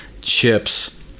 chips